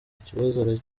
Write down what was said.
ikibazo